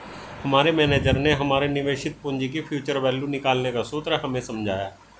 हमारे मेनेजर ने हमारे निवेशित पूंजी की फ्यूचर वैल्यू निकालने का सूत्र हमें समझाया